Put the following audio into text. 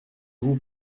vous